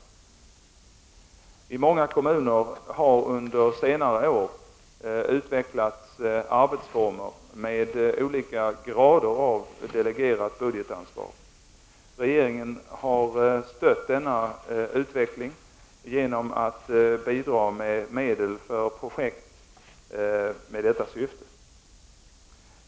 I många kommuner har under senare år utvecklats arbetsformer med olika grader av delegerat budgetansvar. Regeringen har stött denna utveckling genom att bidra med medel för projekt med detta syfte.